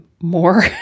more